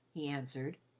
he answered.